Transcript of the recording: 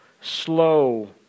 Slow